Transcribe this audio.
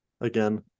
again